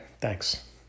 thanks